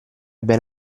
ben